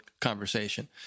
conversation